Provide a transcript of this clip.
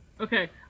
okay